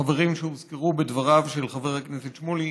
החברים שהוזכרו בדבריו של חבר הכנסת שמולי,